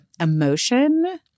emotion